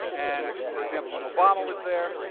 and for example, when obama was there